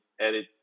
edit